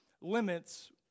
limits